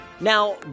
Now